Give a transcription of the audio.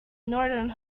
northern